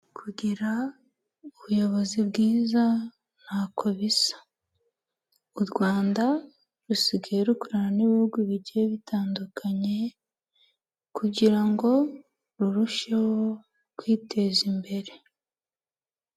Kugira ubuyobozi bwiza ntako bisa, u Rwanda rusigaye rukorana n'ibihugu bigiye bitandukanye kugira ngo rurusheho kwiteza imbere.